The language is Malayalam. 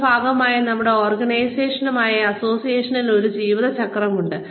നമ്മൾ ഭാഗമായ നമ്മുടെ ഓർഗനൈസേഷനുകളുമായുള്ള അസോസിയേഷനുകകളിൽ ഒരു ജീവിത ചക്രം ഉണ്ട്